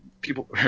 people